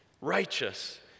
righteous